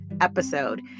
episode